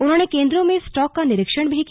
उन्होंने केंद्रों में स्टॉक का निरीक्षण भी किया